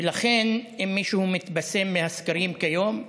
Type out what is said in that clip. ולכן, אם מישהו מתבשם מהסקרים כיום,